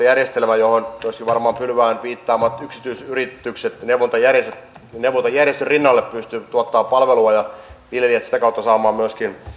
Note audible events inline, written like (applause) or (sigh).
(unintelligible) järjestelmä johon myöskin varmaan pylvään viittaamat yksityiset yritykset neuvontajärjestön neuvontajärjestön rinnalle pystyvät tuottamaan palvelua ja josta viljelijät pystyvät sitä kautta saamaan myöskin